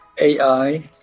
AI